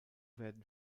werden